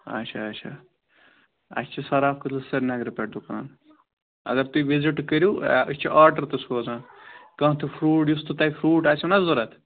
اَچھا اَچھا اَسہِ چھِ سراف کٔدلہٕ سرینگرٕ پٮ۪ٹھ دُکان اَگر تُہۍ وِزِٹ کٔرِو أسۍ چھِ آڈر تہِ سوزان کانٛہہ تہٕ فرٛوٗٹ یُس تہٕ تۄہہِ فرٛوٗٹ آسیو نا ضوٚرَتھ